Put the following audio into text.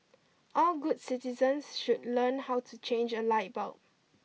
all good citizens should learn how to change a light bulb